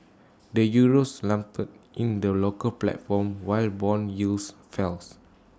the Euroes slumped in the local platform while Bond yields fells